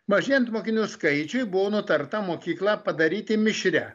mažėjant mokinių skaičiui buvo nutarta mokyklą padaryti mišria